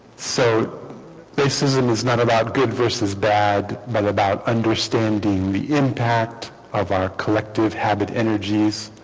so this season is not about good versus bad but about understanding the impact of our collective habit energies